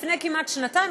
לפני כמעט שנתיים,